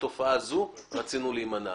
מהתופעה הזאת רצינו להימנע.